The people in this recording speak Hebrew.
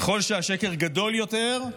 ככל שהשקר גדול יותר,